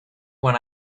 when